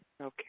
Okay